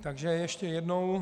Takže ještě jednou.